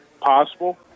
possible